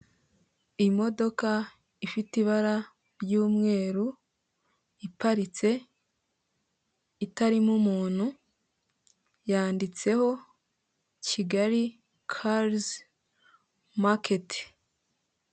Imodoka ifite ibara ry'umweru iparitse itarimo umuntu, yanditseho kigali karizi maketi.